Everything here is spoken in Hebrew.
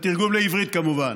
בתרגום לעברית, כמובן: